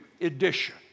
edition